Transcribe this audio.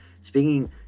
speaking